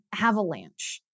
avalanche